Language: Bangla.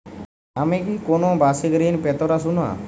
আমি কি কোন বাষিক ঋন পেতরাশুনা?